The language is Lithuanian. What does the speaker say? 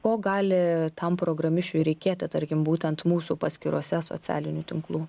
ko gali tam programišiui reikėti tarkim būtent mūsų paskyrose socialinių tinklų